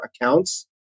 accounts